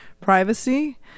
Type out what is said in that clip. privacy